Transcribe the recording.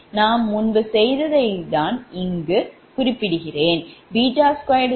நாம் முன்பு செய்ததைத்தான் இது குறிக்கிறது